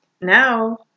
Now